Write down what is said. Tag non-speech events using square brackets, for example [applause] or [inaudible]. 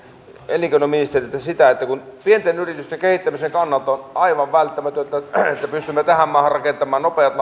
elinkeinoministeriltä pienten yritysten kehittämisen kannalta on aivan välttämätöntä että pystymme tähän maahan rakentamaan nopeat [unintelligible]